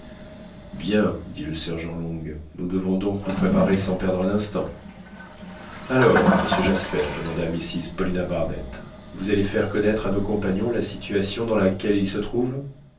bien dit le sergent long nous devons donc nous préparer sans perdre un instant alors monsieur jasper demanda mrs paulina barnett vous allez faire connaître à nos compagnons la situation dans laquelle ils se trouvent